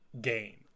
game